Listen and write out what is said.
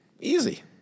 Easy